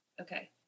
Okay